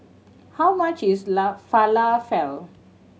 how much is Falafel